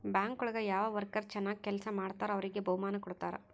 bank ಒಳಗ ಯಾವ worker ಚನಾಗ್ ಕೆಲ್ಸ ಮಾಡ್ತಾರೋ ಅವ್ರಿಗೆ ಬಹುಮಾನ ಕೊಡ್ತಾರ